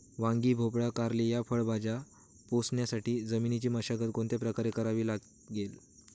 वांगी, भोपळा, कारली या फळभाज्या पोसण्यासाठी जमिनीची मशागत कोणत्या प्रकारे करावी लागेल?